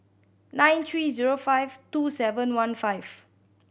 nine three zero five two seven one five